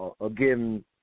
again –